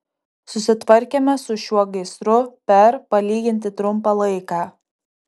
susitvarkėme su šiuo gaisru per palyginti trumpą laiką